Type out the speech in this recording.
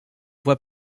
voie